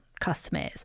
customers